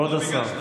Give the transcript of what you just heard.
למה לא פסלת אותם?